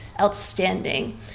outstanding